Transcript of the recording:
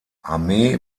armee